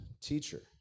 Teacher